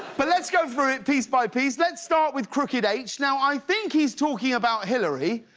but let's go through it piece by piece. let's start with crooked h. now, i think he's talking about hillary,